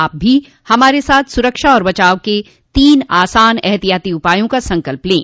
आप भी हमारे साथ सुरक्षा और बचाव के तीन आसान एहतियाती उपायों का संकल्प लें